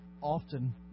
often